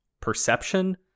perception